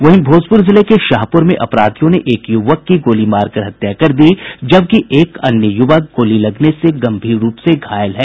वहीं भोजपुर जिले के शाहपुर में अपराधियों ने एक युवक की गोली मारकर हत्या कर दी जबकि एक अन्य युवक गोली लगने से गंभीर रूप से घायल है